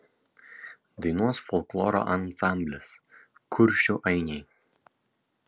dainuos folkloro ansamblis kuršių ainiai